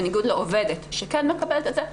בניגוד לעובדת שכן מקבלת את זה,